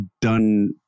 done